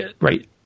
right